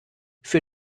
für